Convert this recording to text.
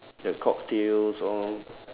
the cocktails all